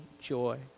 joy